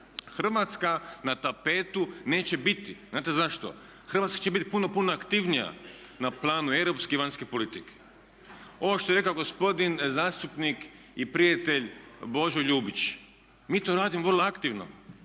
Hrvatska na tapetu neće biti. Znate zašto? Hrvatska će biti puno aktivnija na planu europske i vanjske politike. Ovo što je rekao gospodin zastupnik i prijatelj Božo Ljubić, mi to radimo vrlo aktivno.